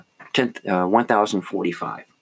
1045